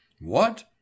What